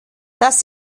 das